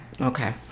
Okay